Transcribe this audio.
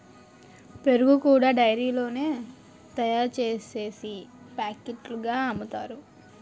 పెరుగు కూడా డైరీలోనే తయారుసేసి పాకెట్లుగా అమ్ముతారురా